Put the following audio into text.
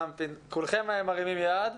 כולכם מרימים יד,